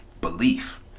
belief